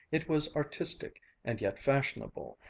it was artistic and yet fashionable,